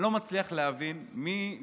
אני לא מצליח להבין מי זה,